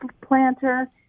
planter